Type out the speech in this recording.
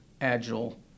Agile